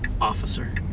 Officer